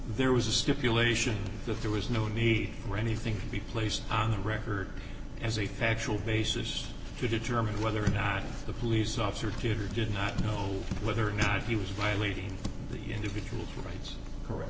there was a stipulation that there was no need for anything to be placed on the record as a factual basis to determine whether or not the police officer did or did not know whether or not he was violating the individual's rights correct